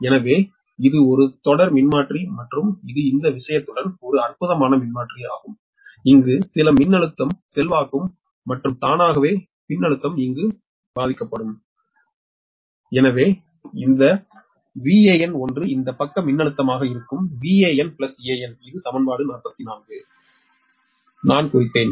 எனவே இது ஒரு தொடர் மின்மாற்றி மற்றும் இது இந்த விஷயத்துடன் ஒரு அற்புதமான மின்மாற்றி ஆகும் இங்கு சில மின்னழுத்தம் செல்வாக்கு மற்றும் தானாகவே மின்னழுத்தம் இங்கு பாதிக்கப்படும் எனவே இந்த வான் 1 இந்த பக்க மின்னழுத்தமாக இருக்கும் வான் an இது சமன்பாடு 44 நான் குறித்தேன்